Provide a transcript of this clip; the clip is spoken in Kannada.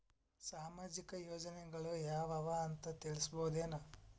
ಸಾಮಾಜಿಕ ಯೋಜನೆಗಳು ಯಾವ ಅವ ಅಂತ ತಿಳಸಬಹುದೇನು?